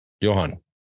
Johan